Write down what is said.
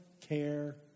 care